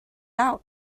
out